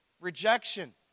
rejection